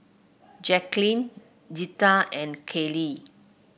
Jacqulyn Zeta and Kaley